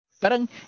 parang